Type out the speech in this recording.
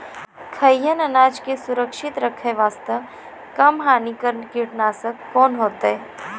खैहियन अनाज के सुरक्षित रखे बास्ते, कम हानिकर कीटनासक कोंन होइतै?